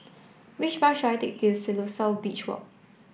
which bus should I take to Siloso Beach Walk